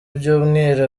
byumweru